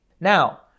Now